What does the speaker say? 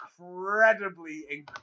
incredibly